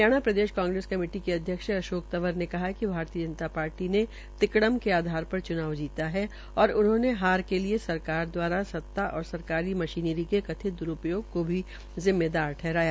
हरियाणा प्रदेश कांग्रेस कमेटी के अध्यक्ष अशोक तंवर ने कहा है कि भारतीय जनता पार्टी ने तिकड़म के आधार पर च्नाव जीता है और उन्होंने हार के लिये सरकार द्वारा सत्ता और सरकारी मशीनरी के कथित दुरूपयोग को भी जिम्मेदार ठहराया